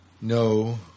No